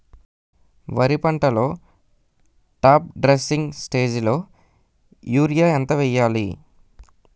వరి పంటలో top dressing స్టేజిలో యూరియా ఎంత వెయ్యాలి?